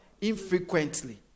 infrequently